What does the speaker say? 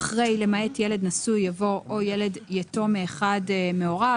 אחרי "למעט ילד נשוי" יבוא "או ילד יתום מאחד מהוריו".